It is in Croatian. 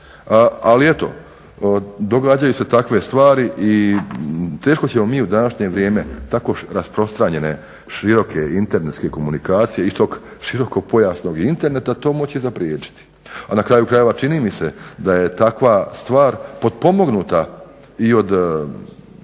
ali eto događaju se takve stvari i teško ćemo mi u današnje vrijeme tako rasprostranjene, široke internetske komunikacije i tog širokopojasnog interneta to moći zapriječiti, a na kraju krajeva čini mi se da je takva stvar potpomognuta i od